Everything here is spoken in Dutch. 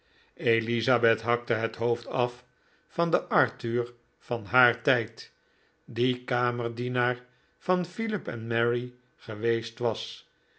elizabeth hakte het hoofd af van den arthur van haar tijd die kamerdienaar van philip en mary geweest was